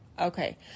Okay